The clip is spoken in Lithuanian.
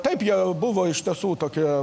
taip jie buvo iš tiesų tokie